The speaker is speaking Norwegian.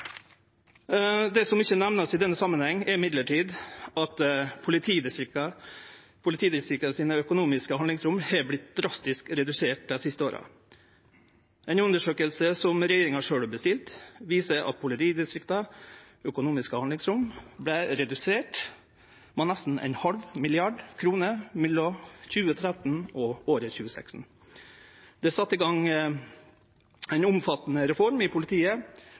Det som ikkje vert nemnt i denne samanhengen, er at politidistrikta sitt økonomiske handlingsrom har vorte drastisk redusert dei siste åra. Ei undersøking som regjeringa sjølv har bestilt, viser at politidistrikta sitt økonomiske handlingsrom vart redusert med nesten ein halv milliard kroner mellom 2013 og 2016. Det er sett i gang ei omfattande reform i politiet